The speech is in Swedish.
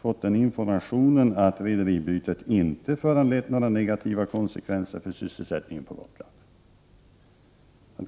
har jag informerats om att rederibytet inte föranlett några negativa konsekvenser för sysselsättningen på Gotland.